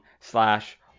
slash